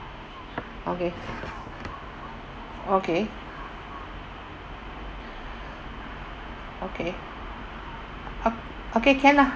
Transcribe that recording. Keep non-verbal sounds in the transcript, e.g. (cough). okay okay (breath) okay oh okay can lah